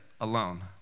alone